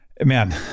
Man